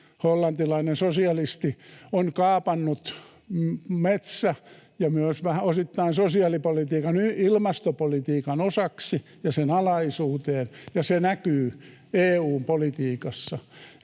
hollantilainen sosialisti, on kaapannut metsä- ja myös osittain sosiaalipolitiikan ilmastopolitiikan osaksi ja sen alaisuuteen, ja se näkyy EU:n politiikassa.